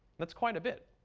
that's quite a bit.